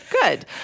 good